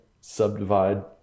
subdivide